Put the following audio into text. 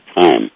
time